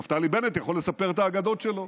ונפתלי בנט יכול לספר את האגדות שלו,